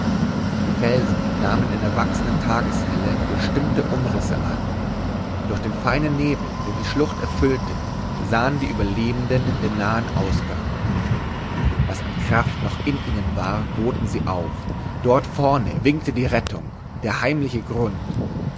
die felsen nahmen in der wachsenden tageshelle bestimmte umrisse an durch den feinen nebel der die schlucht erfüllte sahen die überlebenden den nahen ausgang was an kraft noch in ihnen war boten sie auf dort vorne winkte die rettung der heimliche grund